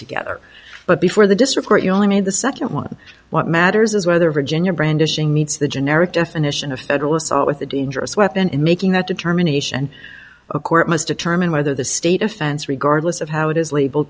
together but before the district court you only made the nd one what matters is whether virginia brandishing meets the generic definition of federal assault with a dangerous weapon in making that determination a court must determine whether the state offense regardless of how it is legal